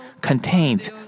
contains